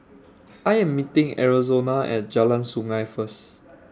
I Am meeting Arizona At Jalan Sungei First